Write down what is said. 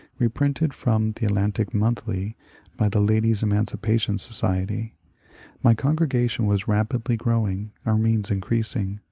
reprinted from the atlantic monthly by the ladies emancipation society my congregation was rapidly growing, our means increasing.